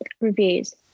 reviews